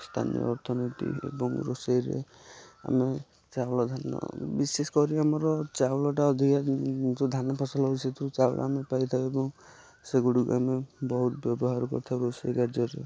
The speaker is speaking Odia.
ସ୍ଥାନୀୟ ଅର୍ଥନୀତି ଏବଂ ରୋଷେଇରେ ଆମେ ଚାଉଳ ଧାନ ବିଶେଷ କରି ଆମର ଚାଉଳଟା ଅଧିକ ଦିନ ଯେଉଁ ଧାନ ଫସଲ ହେଉଛି ଚାଉଳ ଆମେ ପାଇ ପାରିଥାଉ ସେଗୁଡ଼ିକ ଆମେ ବହୁତ ବ୍ୟବହାର କରିଥାଉ ରୋଷେଇ କାର୍ଯ୍ୟରେ